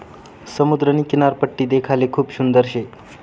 समुद्रनी किनारपट्टी देखाले खूप सुंदर शे